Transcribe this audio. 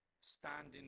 standing